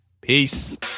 Peace